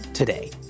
Today